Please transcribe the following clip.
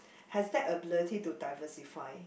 has that ability to diversify